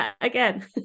again